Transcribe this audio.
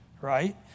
Right